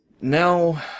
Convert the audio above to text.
Now